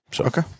Okay